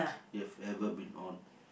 you have ever been on